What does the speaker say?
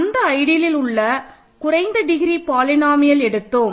அந்த ஐடியலில் உள்ள குறைந்த டிகிரி பாலினோமியல் எடுத்தோம்